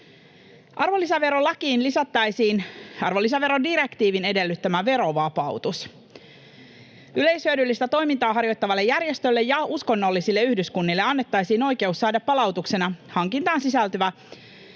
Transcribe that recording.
Arvonlisäverolakiin lisättäisiin arvonlisäverodirektiivin edellyttämä verovapautus. Yleishyödyllistä toimintaa harjoittavalle järjestölle ja uskonnollisille yhdyskunnille annettaisiin oikeus saada palautuksena hankintaan sisältyvä